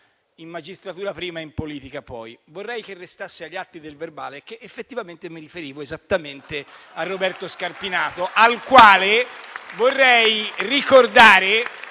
in magistratura e poi in politica. Vorrei che restasse agli atti del verbale che effettivamente mi riferivo esattamente a Roberto Scarpinato, al quale vorrei ricordare